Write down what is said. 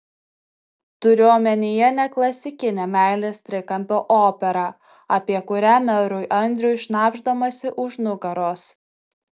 turiu omenyje ne klasikinę meilės trikampio operą apie kurią merui andriui šnabždamasi už nugaros